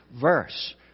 verse